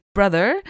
brother